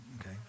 okay